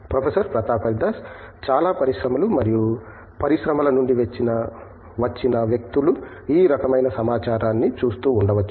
professor Pratap Haridas చాలా పరిశ్రమలు మరియు పరిశ్రమల నుండి వచ్చిన వ్యక్తులు ఈ రకమైన సమాచారాన్ని చూస్తూ ఉండవచ్చు